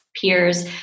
peers